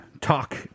talk